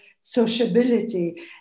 sociability